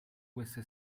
queste